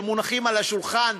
שמונחים על השולחן,